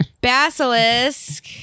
Basilisk